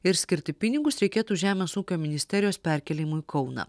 ir skirti pinigus reikėtų žemės ūkio ministerijos perkėlimui į kauną